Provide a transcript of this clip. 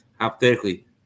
hypothetically